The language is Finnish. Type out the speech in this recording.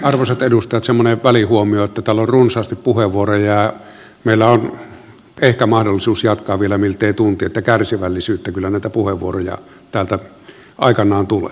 arvoisat edustajat semmoinen välihuomio että täällä on runsaasti puheenvuoroja ja meillä on ehkä mahdollisuus jatkaa vielä miltei tunti niin että kärsivällisyyttä kyllä näitä puheenvuoroja täältä aikanaan tulee